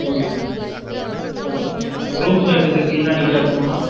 okay sir okay sir ரூம்ஸ்லாம் எப்படி sir கிளீனாக நீட்டாக இருக்குமா